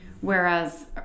Whereas